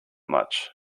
much